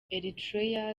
eritrea